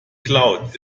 cloud